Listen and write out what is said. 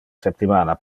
septimana